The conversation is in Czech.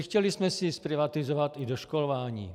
Chtěli jsme si zprivatizovat i doškolování.